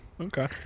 okay